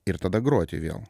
ir tada groti vėl